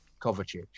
Kovacic